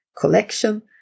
collection